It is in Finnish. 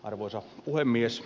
arvoisa puhemies